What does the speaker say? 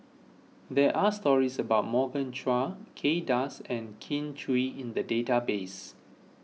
there are stories about Morgan Chua Kay Das and Kin Chui in the database